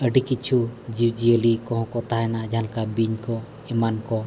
ᱟᱹᱰᱤ ᱠᱤᱪᱷᱩ ᱡᱤᱵᱽᱼᱡᱤᱭᱟᱹᱞᱤ ᱠᱚᱦᱚᱸ ᱠᱚ ᱛᱟᱦᱮᱱᱟ ᱡᱟᱦᱟᱸᱞᱮᱠᱟ ᱵᱤᱧ ᱠᱚ ᱮᱢᱟᱱ ᱠᱚ